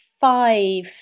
five